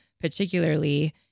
particularly